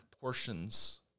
portions